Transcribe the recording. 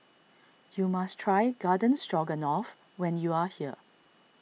you must try Garden Stroganoff when you are here